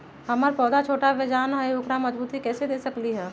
हमर पौधा छोटा बेजान हई उकरा मजबूती कैसे दे सकली ह?